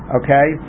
okay